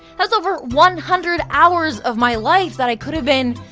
that's over one hundred hours of my life that i could have been.